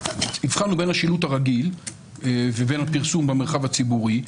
בין השילוט הרגיל לבין הפרסום במרחב הציבורי,